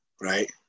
right